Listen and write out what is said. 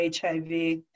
HIV